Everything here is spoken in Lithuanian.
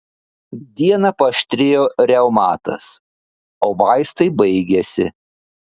dieną paaštrėjo reumatas o vaistai baigėsi